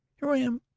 here am i,